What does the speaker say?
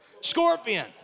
Scorpion